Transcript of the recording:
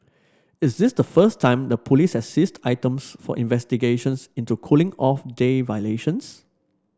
is this the first time the police has seized items for investigations into cooling off day violations